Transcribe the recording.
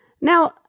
Now